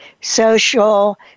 social